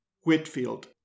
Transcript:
Whitfield